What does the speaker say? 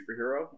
superhero